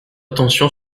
attention